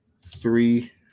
three